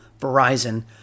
Verizon